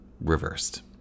reversed